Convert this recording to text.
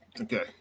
Okay